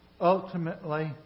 ultimately